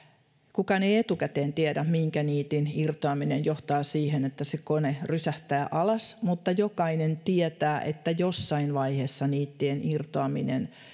kukaan ei etukäteen tiedä minkä niitin irtoaminen johtaa siihen että kone rysähtää alas mutta jokainen tietää että jossain vaiheessa niittien irtoaminen